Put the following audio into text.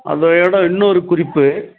அதையோடு இன்னோரு குறிப்பு